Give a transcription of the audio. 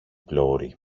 πλώρη